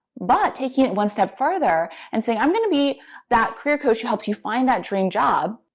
but taking it one step further and saying, i'm going to be that career coach who helps you find that dream job,